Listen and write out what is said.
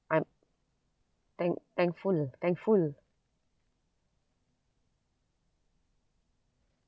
I'm thank~ thankful thankful